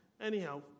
Anyhow